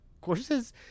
courses